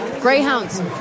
Greyhounds